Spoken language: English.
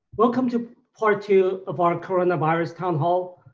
welcome to part two of our coronavirus town hall,